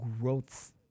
growth